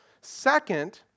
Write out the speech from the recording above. Second